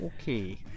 okay